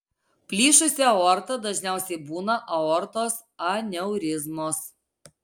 plyšusi aorta dažniausiai būna aortos aneurizmos